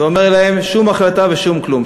ואומר להם: שום החלטה ושום כלום.